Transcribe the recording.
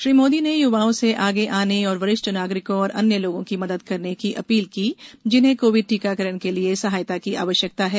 श्री मोदी ने युवाओं से आगे आने और वरिष्ठ नागरिकों और अन्य लोगों की मदद करने की अपील की जिन्हें कोविड टीकाकरण के लिए सहायता की आवश्यकता है